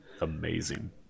amazing